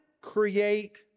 create